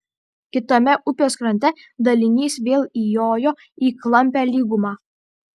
kitame upės krante dalinys vėl įjojo į klampią lygumą